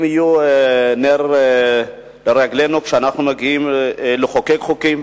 הם יהיו נר לרגלינו כשאנחנו מגיעים לחוקק חוקים,